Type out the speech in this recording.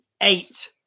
eight